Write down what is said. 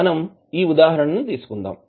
మనం ఈ ఉదాహరణని తీసుకుందాం